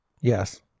Yes